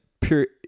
period